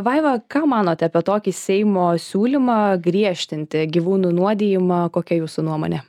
vaiva ką manote apie tokį seimo siūlymą griežtinti gyvūnų nuodijimą kokia jūsų nuomonė